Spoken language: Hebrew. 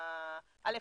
א',